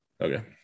Okay